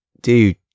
dude